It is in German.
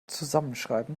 zusammenschreiben